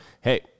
hey